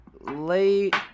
late –